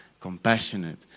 compassionate